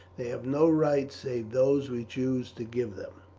they have no rights save those we choose to give them.